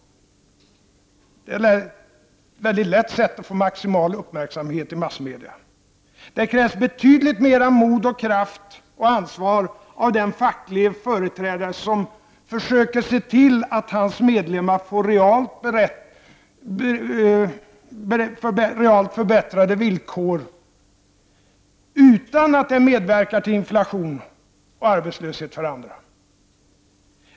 Det är ett lätt sätt att få maximal uppmärksamhet i massmedia. Det krävs betydligt mera mod och kraft och ansvar av den facklige företrädare som försöker se till att hans medlemmar får realt förbättrade villkor utan att det medverkar till inflation och arbetslöshet för andra.